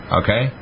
okay